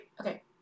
okay